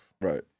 right